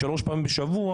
שלוש פעמים בשבוע,